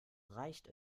reicht